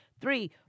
three